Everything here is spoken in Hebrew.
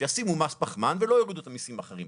שישימו מס פחמן ולא יורידו את המיסים אחרים.